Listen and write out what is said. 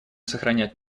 сохранять